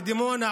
לדימונה,